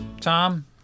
Tom